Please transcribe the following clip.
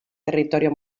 territorio